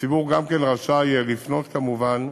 הציבור גם כן רשאי לפנות כמובן.